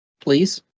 Please